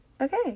okay